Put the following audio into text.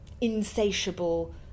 insatiable